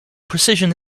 precision